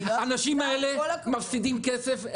האנשים האלה מפסידים כסף.